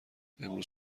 امروز